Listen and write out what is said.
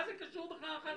מה זה קשור אחד לשני?